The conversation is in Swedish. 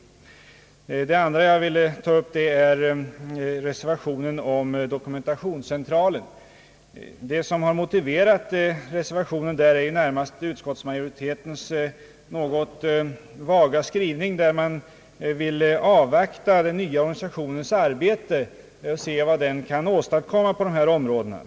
För det andra vill jag ta upp reservationen om dokumentationscentralen. Det som har motiverat reservationen är närmast utskottsmajoritetens något vaga skrivning, som går ut på att man vill avvakta erfarenheterna av den nya organisationens verksamhet på dessa områden.